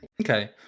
Okay